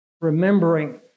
remembering